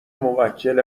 موکل